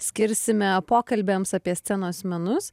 skirsime pokalbiams apie scenos menus